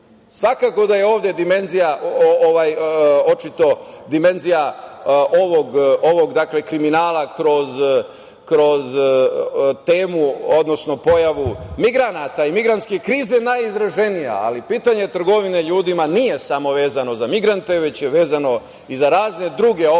ljudima. Svakako da je ovde dimenzija ovog kriminala kroz temu odnosno pojavu migranata i migrantske krize najizraženija, ali pitanje trgovine ljudima nije samo vezano za migrante, već je vezano i za razne druge oblike